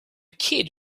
kid